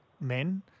men